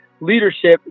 leadership